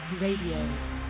Radio